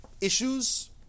issues